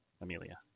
Amelia